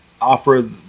offer